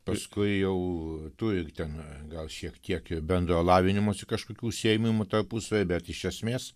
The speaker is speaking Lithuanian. paskui jau turi ten gal šiek tiek ir bendro lavinimosi kažkokių užsiėmimų tarpusavy bet iš esmės